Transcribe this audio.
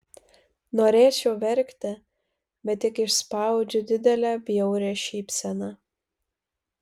norėčiau verkti bet tik išspaudžiu didelę bjaurią šypseną